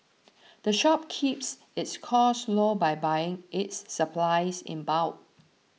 the shop keeps its costs low by buying its supplies in bulk